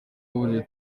w’uburezi